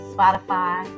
Spotify